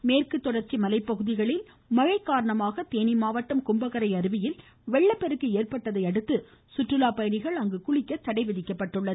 கும்பகரை மேற்குத் தொடர்ச்சிமலைப் பகுதிகளில் மழைக் காரணமாக தேனி மாவட்டம் கும்பகரை அருவியில் வெள்ளப்பெருக்கு ஏற்பட்டதையடுத்து சுற்றுலாப் பயணிகள் அங்கு குளிக்க தடைவிதிக்கப்பட்டுள்ளது